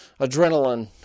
adrenaline